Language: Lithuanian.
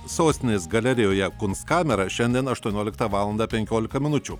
sostinės galerijoje kunstkamera šiandien aštuonioliktą valandą penkiolika minučių